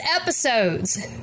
episodes